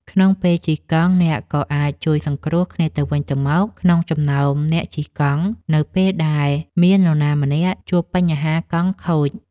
ក្នុងពេលជិះកង់អ្នកក៏អាចជួយសង្គ្រោះគ្នាទៅវិញទៅមកក្នុងចំណោមអ្នកជិះកង់ នៅពេលដែលមាននរណាម្នាក់ជួបបញ្ហាកង់ខូច។